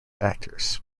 actors